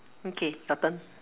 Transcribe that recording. okay your turn